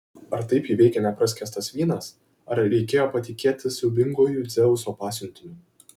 ar taip jį veikė nepraskiestas vynas ar reikėjo patikėti siaubinguoju dzeuso pasiuntiniu